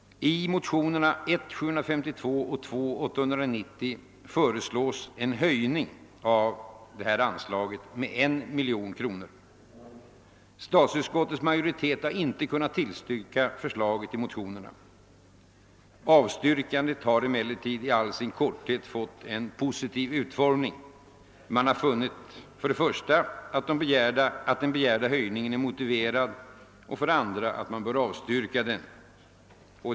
I motionerna 1I:752 och II: 890 föreslås en höjning av anslaget med 1 miljon kronor. Statsutskottets majoritet har inte kunnat tillstyrka förslaget i motionen. Avstyrkandet har emellertid i all sin korthet fått en positiv utformning. Man har funnit för det första att den begärda höjningen är motiverad, för det andra att man bör avstyrka den.